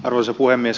arvoisa puhemies